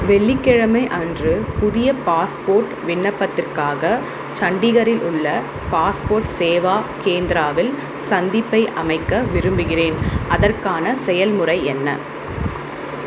வெள்ளிக்கிழமை அன்று புதிய பாஸ்போர்ட் விண்ணப்பத்திற்காக சண்டிகரில் உள்ள பாஸ்போர்ட் சேவா கேந்திராவில் சந்திப்பை அமைக்க விரும்புகிறேன் அதற்கான செயல்முறை என்ன